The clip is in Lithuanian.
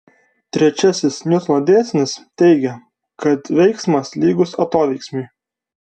trečiasis niutono dėsnis teigia kad veiksmas lygus atoveiksmiui